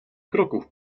kroków